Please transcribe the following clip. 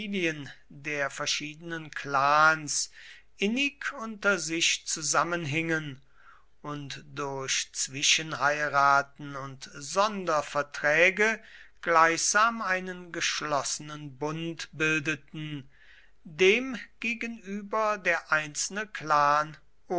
der verschiedenen clans innig unter sich zusammenhingen und durch zwischenheiraten und sonderverträge gleichsam einen geschlossenen bund bildeten dem gegenüber der einzelne clan